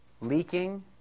leaking